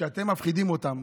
כשאתם מפחידים אותם